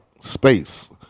space